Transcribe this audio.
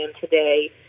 today